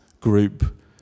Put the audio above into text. group